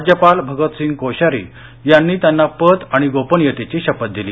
राज्यपाल भगतसिंग कोश्यारी यांनी त्यांना पद आणि गोपनीयतेची शपथ दिली